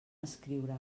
escriure